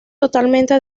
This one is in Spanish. totalmente